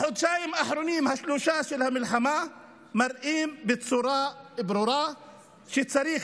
החודשיים-שלושה האחרונים של המלחמה מראים בצורה ברורה שצריך